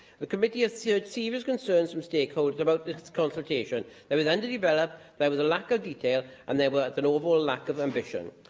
the committee has heard serious concerns from stakeholders about this consultation that it was underdeveloped, there was a lack of detail, and there was an overall lack of ambition.